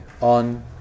on